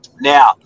Now